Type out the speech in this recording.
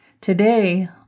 Today